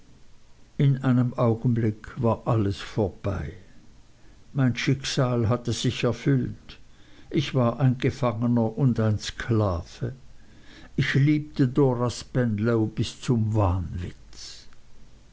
in einem augenblick war alles vorbei mein schicksal hatte sich erfüllt ich war ein gefangener und ein sklave ich liebte dora spenlow bis zum wahnwitz